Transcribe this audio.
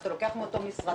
שאתה לוקח מאותו משרד,